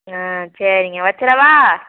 ஆ சரிங்க வச்சிவிடவா